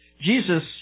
Jesus